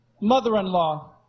mother-in-law